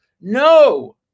no